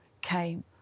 came